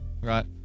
right